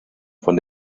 von